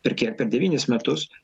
per kiek per devynis metus